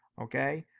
okay.